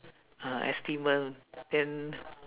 ah then